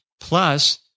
plus